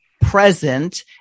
present